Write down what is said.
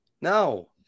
no